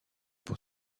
pour